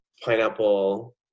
pineapple